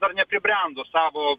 dar nepribrendo savo